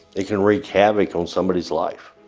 it can wreak havoc on somebody's life,